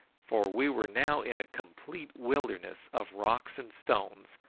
for we were now in a complete wilderness of rocks and stones,